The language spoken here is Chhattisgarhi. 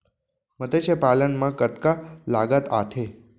मतस्य पालन मा कतका लागत आथे?